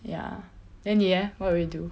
ya then 妳 leh what will you do